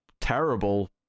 terrible